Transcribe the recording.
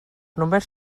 només